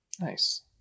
Nice